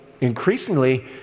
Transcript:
increasingly